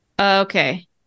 Okay